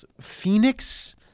Phoenix